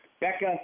Becca